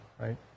right